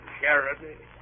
charity